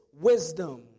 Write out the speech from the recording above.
wisdom